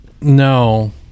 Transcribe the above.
No